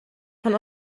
von